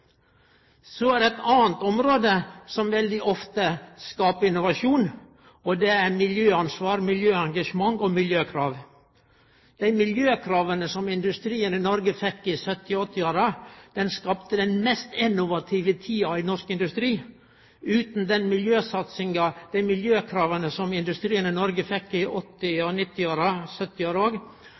Så er det eit anna område som veldig ofte skaper innovasjon. Det gjeld miljøansvar, miljøengasjement og miljøkrav. Dei miljøkrava som ein stilte til industrien i Noreg i 1970- og 1980-åra, skapte den mest innovative tida i norsk industri. Utan den miljøsatsinga og dei miljøkrava som industrien i Noreg fekk i 1970-, 1980- og 1990-åra, ville vi ikkje hatt ein konkurransedyktig prosess- og